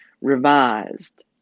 revised